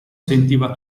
sentiva